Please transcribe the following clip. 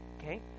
okay